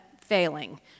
failing